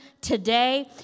today